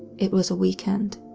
it was a weekend.